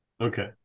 okay